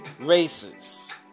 Races